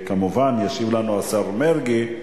כמובן, ישיב לנו השר מרגי.